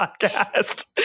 podcast